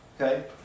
Okay